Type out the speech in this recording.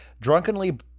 Drunkenly